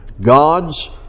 God's